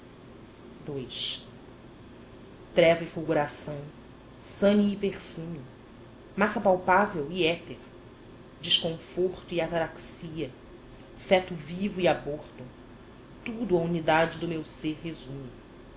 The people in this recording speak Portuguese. sonhos treva e fulguração sânie e perfume massa palpável e éter desconforto e ataraxia feto vivo e aborto tudo a unidade do meu ser resume